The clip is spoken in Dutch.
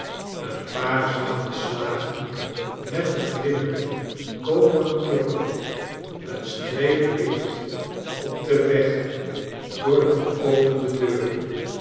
een paar zachte slagen met den glimmenden koperen klopper een streep licht op den weg door de geopende deur